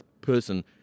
person